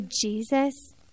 Jesus